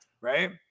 Right